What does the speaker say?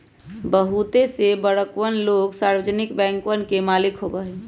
बहुते से बड़कन लोग सार्वजनिक बैंकवन के मालिक होबा हई